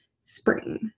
spring